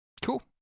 Cool